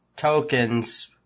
tokens